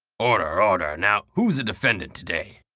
order, order. now who's the defendant today?